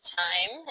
time